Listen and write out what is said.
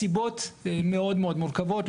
הסיבות מאוד מאוד מורכבות,